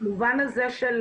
במובן הזה של